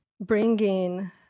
bringing